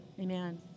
Amen